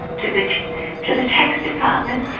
to the to the tax department.